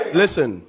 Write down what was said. listen